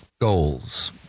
goals